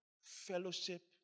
fellowship